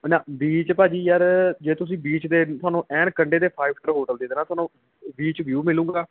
beach ਭਾਅ ਜੀ ਯਾਰ ਜੇ ਤੁਸੀਂ ਬੀਚ ਦੇ ਤੁਹਾਨੂੰ ਐਨ ਕੰਢੇ 'ਤੇ ਫਾਈਵ ਸਟਾਰ ਹੋਟਲ ਦੇ ਦੇਣਾ ਤੁਹਾਨੂੰ ਬੀਚ ਵਿਊ ਮਿਲੇਗਾ